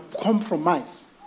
compromise